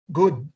good